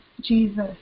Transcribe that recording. Jesus